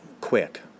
quick